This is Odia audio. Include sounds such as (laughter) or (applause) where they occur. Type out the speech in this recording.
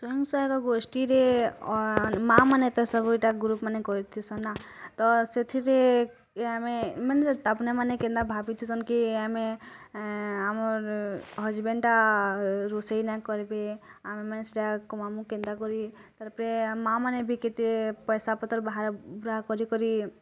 ସ୍ୱୟଂ ସାହାୟକ ଗୋଷ୍ଠୀରେ ମାଆ ମାନେ ତ ସବୁ ଏଇଟା ଗ୍ରୁପ୍ ମାନେ କରିଛନ୍ ନା ତ ସେଥିରେ ଆମେ ମାନେ ତାମାନେ କେନ୍ ଭାବିଛନ୍ କି ଆମେ ଆମର୍ ହଜବ୍ୟାଣ୍ଡଟା ରୋଷେଇ ନେଇ କରିବେ ଆମ ମାନେ ସେଇଟା (unintelligible) କେନ୍ତା କରି ତା'ପରେ ମାଆ ମାନେ ବି କେତେ ପଇସା ପତ୍ର ବି (unintelligible) କରି କରି